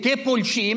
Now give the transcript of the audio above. כפולשים,